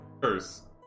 curse